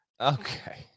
okay